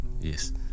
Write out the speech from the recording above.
Yes